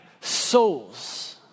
souls